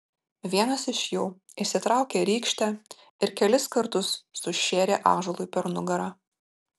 vienas iš jų išsitraukė rykštę ir kelis kartus sušėrė ąžuolui per nugarą